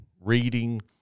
reading